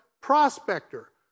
prospector